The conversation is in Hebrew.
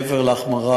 מעבר להחמרה.